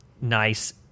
nice